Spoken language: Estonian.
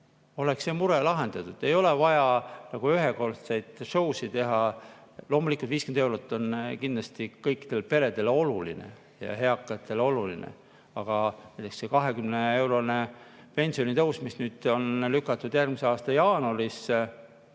Oleks mure lahendatud. Ei ole vaja ühekordseidshow'sid teha. Loomulikult on 50 eurot kindlasti kõikidele peredele ja eakatele oluline, aga see 20‑eurone pensionitõus, mis nüüd on lükatud järgmise aasta jaanuarisse,